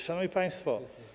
Szanowni Państwo!